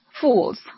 fools